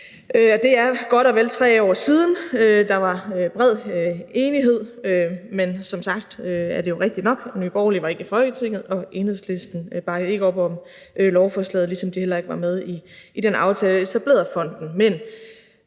Det er godt og vel 3 år siden, og der var bred enighed, men som sagt er det jo rigtigt nok, at Nye Borgerlige ikke var i Folketinget og Enhedslisten ikke bakkede op om lovforslaget, ligesom de heller ikke var med i den aftale, der etablerede fonden.